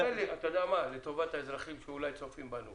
אתה יודע מה, לטובת האזרחים שאולי צופים בנו